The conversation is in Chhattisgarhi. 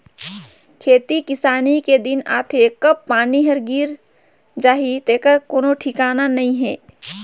खेती किसानी के दिन आथे कब पानी गिर जाही तेखर कोई ठिकाना नइ हे